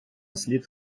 слід